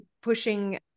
pushing